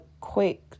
quick